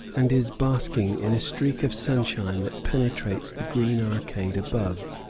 and is basking in a streak of sunshine that penetrates the green arcade above.